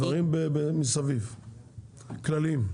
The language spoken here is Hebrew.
דברים כלליים.